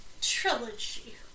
Trilogy